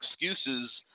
excuses